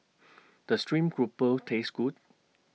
Does Stream Grouper Taste Good